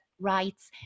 rights